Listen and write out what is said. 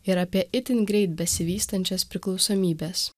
ir apie itin greit besivystančias priklausomybes